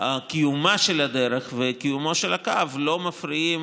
קיומה של הדרך וקיומו של הקו לא מפריעים